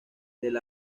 del